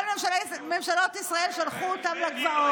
כל ממשלות ישראל שלחו אותם לגבעות.